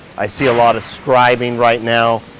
i see a lot of scribing right now,